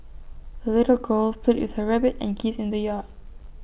the little girl played with her rabbit and geese in the yard